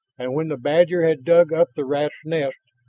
and when the badger had dug up the rat's nest,